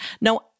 No